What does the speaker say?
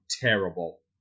terrible